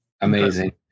amazing